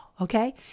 okay